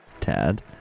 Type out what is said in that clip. Tad